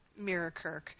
Mirakirk